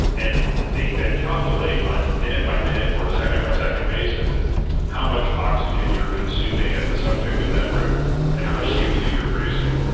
and they then calculate on a minute by minute or second by second basis how much oxygen you're consuming as the subject in that room and how much c o two you're producing.